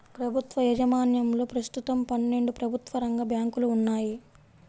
ప్రభుత్వ యాజమాన్యంలో ప్రస్తుతం పన్నెండు ప్రభుత్వ రంగ బ్యాంకులు ఉన్నాయి